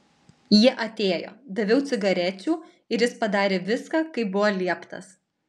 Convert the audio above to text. jie atėjo daviau cigarečių ir jis padarė viską kaip buvo lieptas